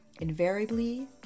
invariably